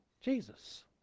Jesus